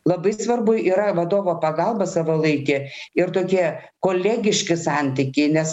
labai svarbu yra vadovo pagalba savalaikė ir tokie kolegiški santykiai nes